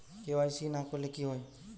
KYC না করলে কি হয়?